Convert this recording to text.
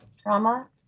trauma